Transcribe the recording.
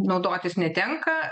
naudotis netenka